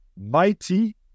mighty